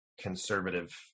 conservative